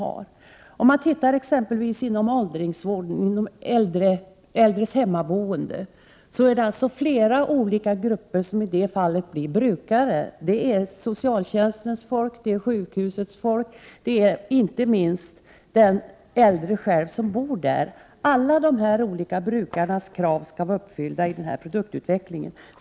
När det gäller t.ex. åldringsvården och de äldre som bor hemma finns det flera olika grupper som blir brukare. Det är socialtjänstens folk, sjukhusets personal och inte minst den äldre själv — alla dessa olika brukares krav skall vara uppfyllda i fråga om den här produktutvecklingen.